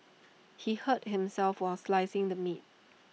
he hurt himself while slicing the meat